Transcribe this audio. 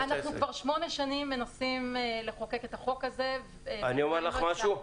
אנחנו כבר שמונה שנים מנסים לחוקק את החוק הזה ולא הצלחנו.